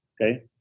Okay